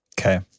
Okay